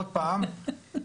עוד פעם,